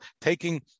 taking